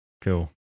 Cool